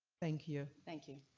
thank you. thank you.